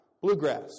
Bluegrass